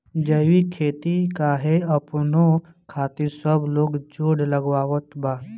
जैविक खेती काहे अपनावे खातिर सब लोग जोड़ लगावत बा?